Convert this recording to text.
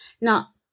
Now